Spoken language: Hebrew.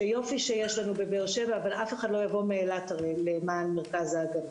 שיופי שיש לנו בבאר-שבע אבל אף אחד לא יבוא מאילת הרי למרכז הגנה.